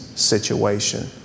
situation